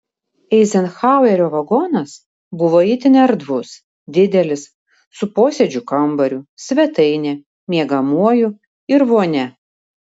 eizenhauerio vagonas buvo itin erdvus didelis su posėdžių kambariu svetaine miegamuoju ir vonia